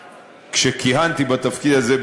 כשכיהנתי בתפקיד הזה,